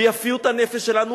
ביפיות-הנפש שלנו,